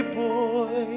boy